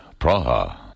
Praha